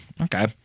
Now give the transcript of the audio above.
Okay